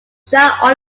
jacques